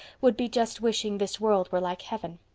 would be just wishing this world were like heaven.